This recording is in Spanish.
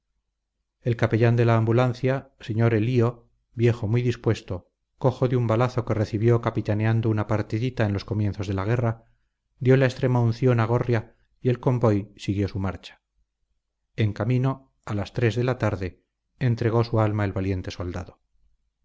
el capellán de la ambulancia sr elío viejo muy dispuesto cojo de un balazo que recibió capitaneando una partidita en los comienzos de la guerra dio la extremaunción a gorria y el convoy siguió su marcha en camino a las tres de la tarde entregó su alma el valiente soldado